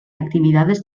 actividades